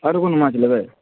आओरो कोनो माँछ लेबै